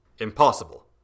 Impossible